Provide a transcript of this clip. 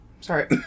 Sorry